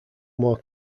more